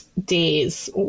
days